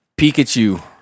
Pikachu